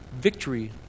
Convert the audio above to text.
victory